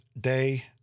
day